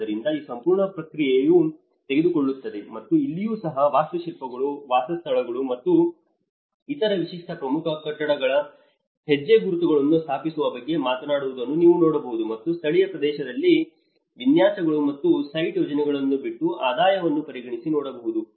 ಆದ್ದರಿಂದ ಈ ಸಂಪೂರ್ಣ ಪ್ರಕ್ರಿಯೆಯು ತೆಗೆದುಕೊಳ್ಳುತ್ತದೆ ಮತ್ತು ಇಲ್ಲಿಯೂ ಸಹ ವಾಸ್ತುಶಿಲ್ಪಿಗಳು ವಾಸಸ್ಥಳಗಳು ಮತ್ತು ಇತರ ವಿಶಿಷ್ಟ ಪ್ರಮುಖ ಕಟ್ಟಡಗಳ ಹೆಜ್ಜೆಗುರುತುಗಳನ್ನು ಸ್ಥಾಪಿಸುವ ಬಗ್ಗೆ ಮಾತನಾಡುವುದನ್ನು ನೀವು ನೋಡಬಹುದು ಮತ್ತು ಸ್ಥಳೀಯ ಪ್ರದೇಶದ ವಿನ್ಯಾಸಗಳು ಮತ್ತು ಸೈಟ್ ಯೋಜನೆಗಳನ್ನು ಬಿಟ್ಟು ಆದಾಯವನ್ನು ಪರಿಗಣಿಸಿ ನೋಡಬಹುದು